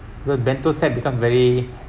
good bento set become very